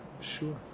Sure